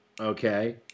okay